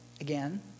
again